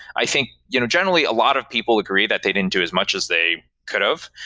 i think, you know generally, a lot of people agree that they didn't do as much as they could've.